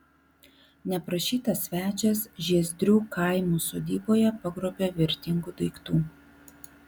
neprašytas svečias žiezdrių kaimų sodybose pagrobė vertingų daiktų